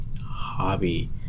Hobby